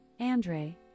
andre